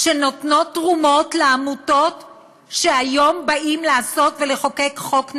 שנותנות תרומות לעמותות שהיום באים לחוקק חוק נגדן?